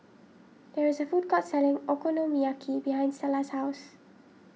there is a food court selling Okonomiyaki behind Stella's house